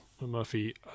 Murphy